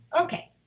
Okay